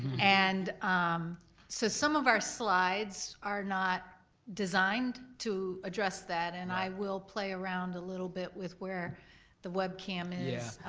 and um so some of our slides are not designed to address that, and i will play around a little bit with where the webcam is.